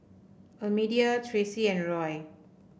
Almedia Traci and Roy